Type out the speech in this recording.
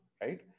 right